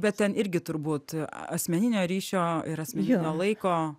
bet ten irgi turbūt asmeninio ryšio ir asmeninio laiko